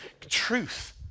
truth